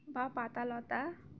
বা পাতা লতা